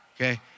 Okay